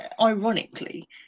ironically